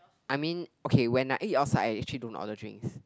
I mean okay when I eat outside I actually don't order drinks